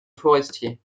forestier